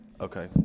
okay